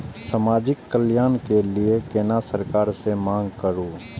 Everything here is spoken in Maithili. समाजिक कल्याण के लीऐ केना सरकार से मांग करु?